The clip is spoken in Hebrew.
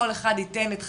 כל אחד ייתן את חלקו,